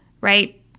right